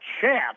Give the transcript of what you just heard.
chance